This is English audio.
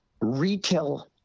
retail